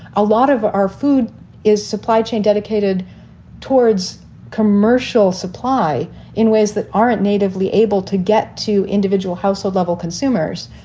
a lot of our food is supply chain dedicated towards commercial supply in ways that aren't natively able to get to individual household level consumers.